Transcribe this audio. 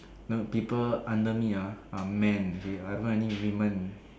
no people under me ah are men okay I don't have any women